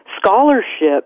scholarship